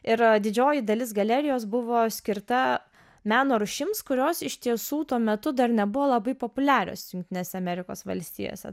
ir didžioji dalis galerijos buvo skirta meno rūšims kurios iš tiesų tuo metu dar nebuvo labai populiarios jungtinėse amerikos valstijose